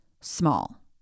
small